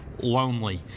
lonely